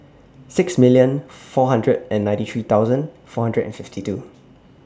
six million four hundred and ninety three thousand four hundred and fifty two